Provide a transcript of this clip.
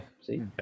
see